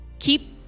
Keep